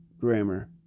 grammar